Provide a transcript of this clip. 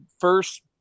first